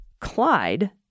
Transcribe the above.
Clyde